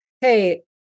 Hey